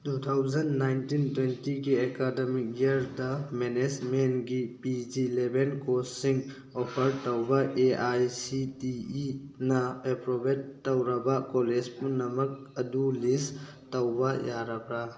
two thousand nineteen ꯇ꯭ꯋꯦꯟꯇꯤꯒꯤ academic ꯏꯌꯥꯔꯗ ꯃꯦꯅꯦꯖꯃꯦꯟꯒꯤ ꯄꯤ ꯖꯤ ꯂꯦꯚꯦꯜ ꯀꯣꯔꯁꯁꯤꯡ ꯑꯣꯐꯔ ꯇꯧꯕ A I C T E ꯅ ꯑꯦꯄ꯭ꯔꯨꯚꯦꯠ ꯇꯧꯔꯕ ꯀꯣꯂꯦꯖ ꯄꯨꯝꯅꯃꯛ ꯑꯗꯨ ꯂꯤꯁ ꯇꯧꯕ ꯌꯥꯔꯕ꯭ꯔꯥ